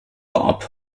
bob